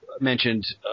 mentioned